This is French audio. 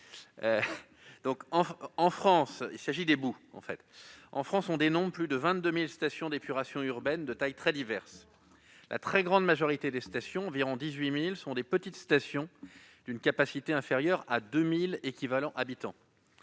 rectifié . On dénombre en France plus de 22 000 stations d'épuration urbaines de taille très diverses. La très grande majorité des stations- environ 18 000 -sont des petites stations d'une capacité inférieure à 2 000 équivalents-habitants,